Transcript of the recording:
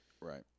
right